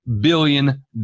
billion